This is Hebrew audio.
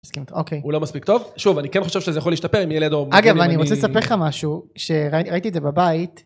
אוקיי... - הוא לא מספיק טוב, שוב אני כן חושב שזה יכול להשתפר אם יהיה לידו... - אגב אני רוצה לספר לך משהו, כשראיתי את זה בבית...